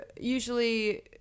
usually